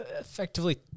effectively